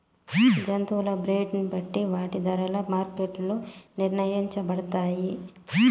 జంతువుల బ్రీడ్ ని బట్టి వాటి ధరలు మార్కెట్ లో నిర్ణయించబడతాయి